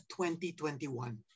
2021